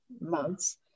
months